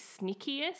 sneakiest